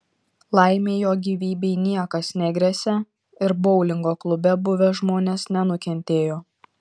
laimei jo gyvybei niekas negresia ir boulingo klube buvę žmonės nenukentėjo